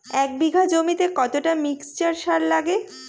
এক বিঘা জমিতে কতটা মিক্সচার সার লাগে?